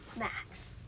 Max